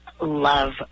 love